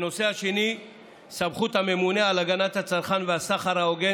הנושא השני סמכות הממונה על הרשות להגנת הצרכן ולסחר הוגן